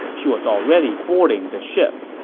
she was already boarding the ship